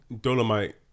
dolomite